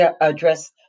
address